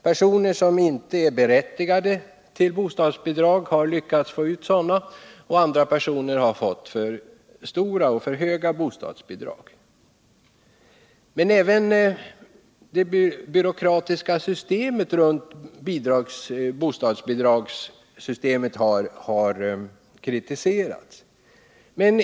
Personer som inte var berättigade till bostadsbidrag har lyckats få ut sådana, och andra personer har fått alltför höga bostadsbidrag. Men även det byråkratiska systemet runt bostadsbidragen har kritiserats.